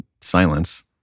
silence